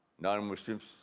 non-Muslims